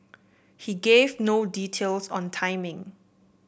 he gave no details on timing